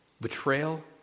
Betrayal